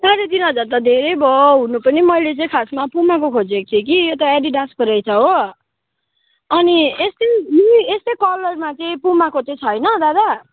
साढे तिन हजार त धेरै भयो हुनु पनि मैले चाहिँ खासमा पुमाको खोजेको थिएँ कि यो त एडिडासको रहेछ हो अनि यस्तै नि यस्तै कलरमा चाहिँ पुमाको चाहिँ छैन दादा